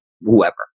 whoever